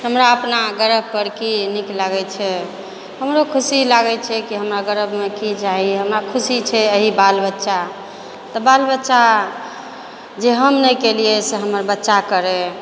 हमरा अपना गर्वपर की नीक लागै छै हमरो खुशी लागै छै कि हमरा गर्वमे कि चाही हमरा खुशी छै एही बाल बच्चा तऽ बाल बच्चा जे हम नहि केलियै से हमर बच्चा करै